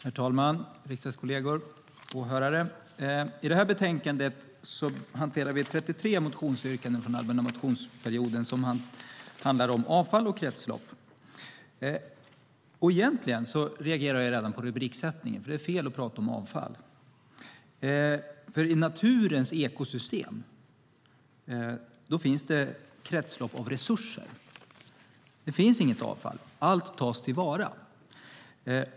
Herr talman, riksdagskolleger och åhörare! I betänkandet hanterar vi 33 motionsyrkanden från allmänna motionsperioden som handlar om avfall och kretslopp. Egentligen reagerar jag redan på rubriksättningen, för det är fel att tala om avfall. I naturens ekosystem finns kretslopp av resurser. Det finns inget avfall. Allt tas till vara.